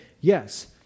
Yes